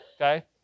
okay